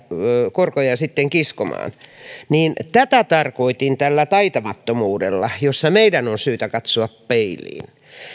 korkoja sitten kiskomaan tarkoitin sillä taitamattomuudella jonka suhteen meidän on syytä katsoa peiliin